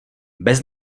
bez